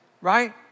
right